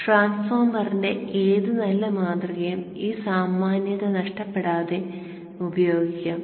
ട്രാൻസ്ഫോർമറിന്റെ ഏത് നല്ല മാതൃകയും ഈ സാമാന്യത നഷ്ടപ്പെടാതെ ഉപയോഗിക്കാം